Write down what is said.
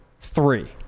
three